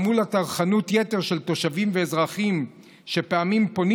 גם מול טרחנות היתר של תושבים ואזרחים שפעמים פונים